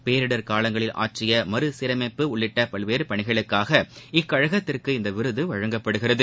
பேரிடர் காலங்களில் ஆற்றிய மறு சீரமைப்பு உள்ளிட்ட பல்வேறு பணிகளுக்காக இக்கழகத்திற்கு இந்த விருது வழங்கப்படுகிறது